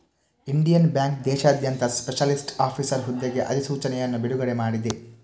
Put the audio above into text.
Indian Bank ದೇಶಾದ್ಯಂತ specialist officer ಹುದ್ದೆಗೆ ಅಧಿಸೂಚನೆಯನ್ನು ಬಿಡುಗಡೆ ಮಾಡಿದೆ